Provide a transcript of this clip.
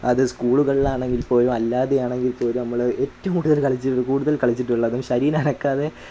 അത് സ്കൂളുകളാണെങ്കിൽപ്പോലും അല്ലാതെ ആണെങ്കിൽപ്പോലും നമ്മൾ ഏറ്റവും കൂടുതൽ കളിച്ചിട്ടുള്ളൊരു കൂടുതൽ കളിച്ചിട്ടുള്ളതും ശരീരമനക്കാതെ